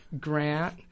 Grant